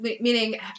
Meaning